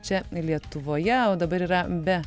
čia lietuvoje o dabar yra be